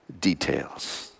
details